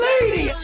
Lady